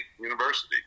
University